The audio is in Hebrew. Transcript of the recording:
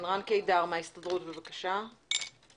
רן קידר מההסתדרות, בבקשה.